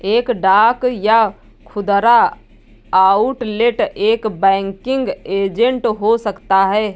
एक डाक या खुदरा आउटलेट एक बैंकिंग एजेंट हो सकता है